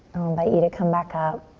i'll invite you to come back up.